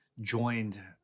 joined